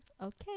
Okay